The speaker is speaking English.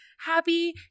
Happy